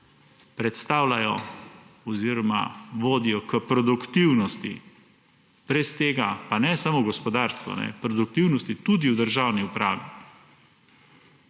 predstavljajo oziroma vodijo k produktivnosti, pa ne samo v gospodarstvu, produktivnosti tudi v državni upravi